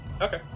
okay